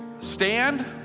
stand